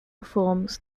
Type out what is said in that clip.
reforms